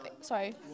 Sorry